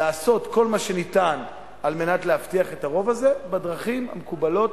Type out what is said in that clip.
לעשות כל מה שאפשר כדי להבטיח את הרוב הזה בדרכים מקובלות.